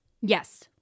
Yes